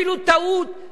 אדוני ראש הממשלה,